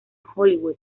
hollywood